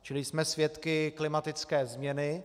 Čili jsme svědky klimatické změny.